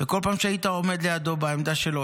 וכל פעם כשהיית עומד לידו בעמדה שלו,